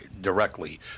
directly